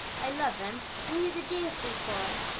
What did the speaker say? i love him, and he is a dear sweet boy,